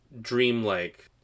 dreamlike